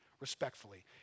respectfully